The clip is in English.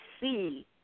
see